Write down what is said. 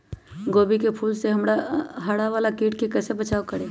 गोभी के फूल मे हरा वाला कीट से कैसे बचाब करें?